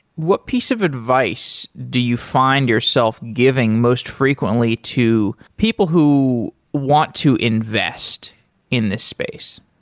what piece of advice do you find yourself giving most frequently to people who want to invest in this space?